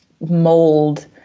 mold